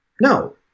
No